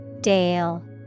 Dale